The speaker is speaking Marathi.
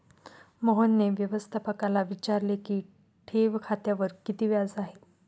मोहनने व्यवस्थापकाला विचारले की ठेव खात्यावर किती व्याज आहे?